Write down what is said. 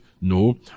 No